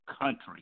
country